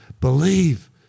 Believe